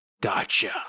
Gotcha